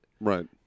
Right